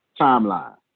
timeline